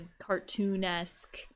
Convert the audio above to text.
cartoon-esque